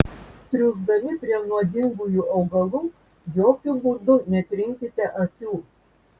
triūsdami prie nuodingųjų augalų jokiu būdu netrinkite akių